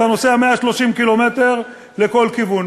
אתה נוסע 130 קילומטר לכל כיוון.